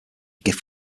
gift